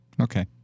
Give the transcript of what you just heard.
Okay